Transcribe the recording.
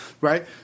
right